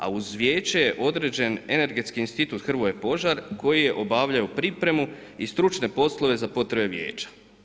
A uz vijeće je određen Energetski institut Hrvoje Požar koji je obavljao pripremu i stručne poslove za potrebe vijeća.